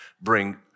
bring